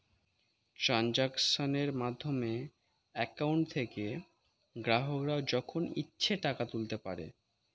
ট্রানজাক্শনের মাধ্যমে অ্যাকাউন্ট থেকে গ্রাহকরা যখন ইচ্ছে টাকা তুলতে পারে